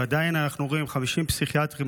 ועדיין אנחנו רואים ש-50 פסיכיאטרים